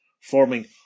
forming